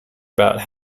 about